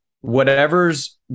whatever's